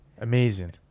Amazing